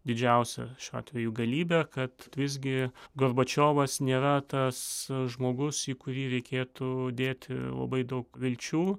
didžiausią šiuo atveju galybę kad visgi gorbačiovas nėra tas žmogus į kurį reikėtų dėti labai daug vilčių